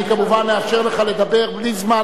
אני כמובן אאפשר לך לדבר בלי זמן,